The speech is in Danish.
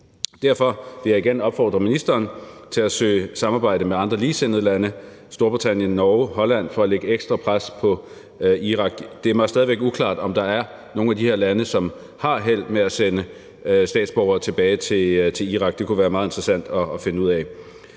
Derfor vil jeg igen opfordre ministeren til at søge samarbejde med andre ligesindede lande – Storbritannien, Norge, Holland – for at lægge ekstra pres på Irak. Det er mig stadig uklart, om der er nogen af de her lande, som har held med at sende statsborgere tilbage til Irak. Det kunne være meget interessant at finde ud af.